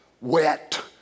Wet